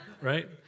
right